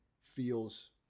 feels